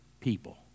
people